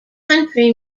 country